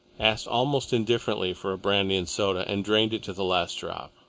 asked almost indifferently for a brandy and soda, and drained it to the last drop.